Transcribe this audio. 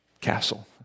castle